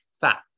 fat